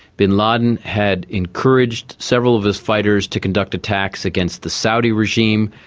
bin laden had encouraged several of his fighters to conduct attacks against the saudi regime.